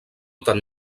tant